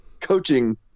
coaching